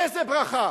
איזה ברכה,